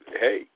hey